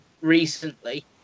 recently